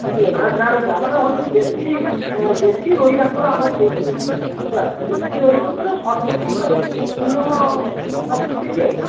ମିଳିବନି ହଉ ଛାଡ଼ନ୍ତୁ ଆମର ହେଉଛି ଦେଶୀ ଦେଶୀ ରୋହି ଭାକୁର ଆମେ ପିଓର୍ ନେଇଯିବୁ ହେଲା ଦେଶୀ ରୋହି ଭାକୁର ଶହେ ଲୋକଙ୍କ ପାଇଁ ମିନିମମ୍ ପଚିଶ କେଜି ଆଉ